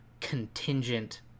contingent